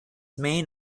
main